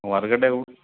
ಹೊರ್ಗಡೆ